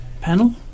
Panel